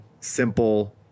simple –